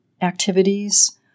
activities